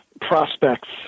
prospects